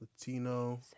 Latino